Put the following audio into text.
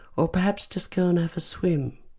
or perhaps just go and have a swim,